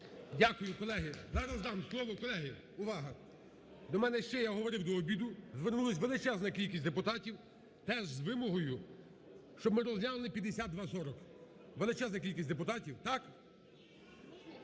Колеги, зараз дам слово. Колеги, увага! До мене ще, я говорив до обіду, звернулась величезна кількість депутатів теж з вимогою, щоб ми розглянули 5240. Величезна кількість депутатів, так?